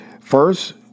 First